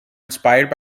inspired